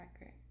record